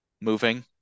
moving